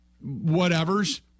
whatever's